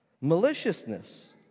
maliciousness